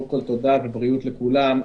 תודה ובריאות לכולם.